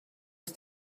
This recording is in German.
ist